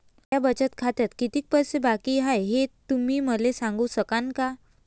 माया बचत खात्यात कितीक पैसे बाकी हाय, हे तुम्ही मले सांगू सकानं का?